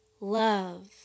Love